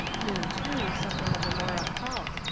knew, too, something of the more occult,